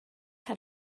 how